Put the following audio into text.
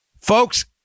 Folks